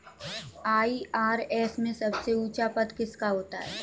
IRS में सबसे ऊंचा पद किसका होता है?